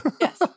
Yes